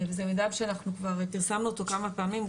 וזה מידע שאנחנו כבר פרסמנו אותו כמה פעמים.